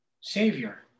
savior